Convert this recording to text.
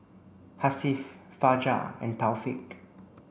Hasif Fajar and Taufik